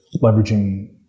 leveraging